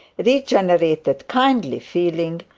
regenerated kindly feeling,